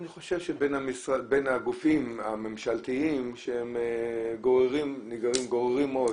ואני חושב שהן בין הגופים הממשלתיים שגוררים עוד,